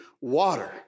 water